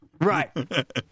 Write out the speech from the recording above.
Right